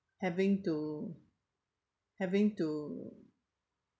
having to having to